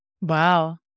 Wow